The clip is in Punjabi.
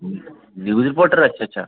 ਨਿਊਜ਼ ਰਿਪੋਟਰ ਅੱਛਾ ਅੱਛਾ